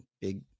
big